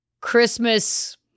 christmas